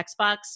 Xbox